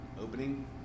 opening